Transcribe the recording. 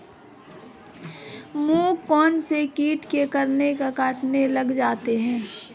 मूंग कौनसे कीट के कारण कटने लग जाते हैं?